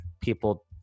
people